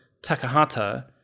Takahata